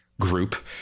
group